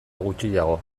gutxiago